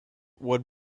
would